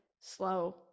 slow